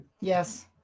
Yes